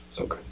Okay